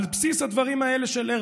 על בסיס הדברים האלה של הרצל,